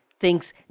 thinks